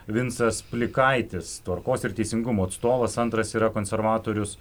vincas plikaitis tvarkos ir teisingumo atstovas antras yra konservatorius